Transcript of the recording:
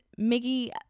miggy